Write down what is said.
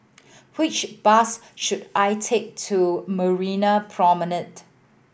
which bus should I take to Marina Promenade